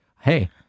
hey